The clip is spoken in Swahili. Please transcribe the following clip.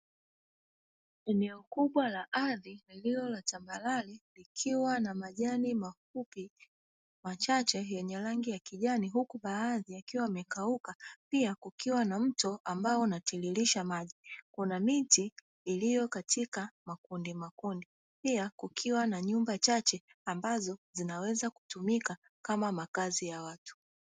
Eneo kubwa la ardhi la lililo tambarare, likiwa na majani mafupi machache yenye rangi ya kijani, huku baadhi yakiwa yamekauka, pia kukiwa na mto ambao unatiririsha maji una miti iliyo katika makundimakundi. Pia kukiwa na nyumba chache ambazo zinaweza kutumika kama makazi ya watu.